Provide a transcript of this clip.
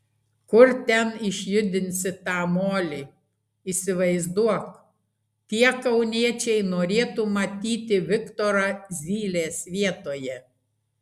kur ten išjudinsi tą molį įsivaizduok tie kauniečiai norėtų matyti viktorą zylės vietoje